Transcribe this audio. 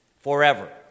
forever